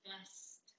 best